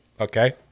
Okay